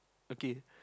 okay